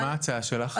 מה ההצעה שלך?